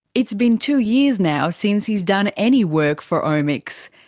it's been two years now since he's done any work for omics.